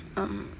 um